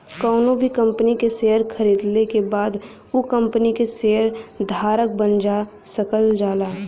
कउनो भी कंपनी क शेयर खरीदले के बाद उ कम्पनी क शेयर धारक बनल जा सकल जाला